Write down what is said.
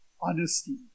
honesty